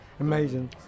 Amazing